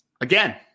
Again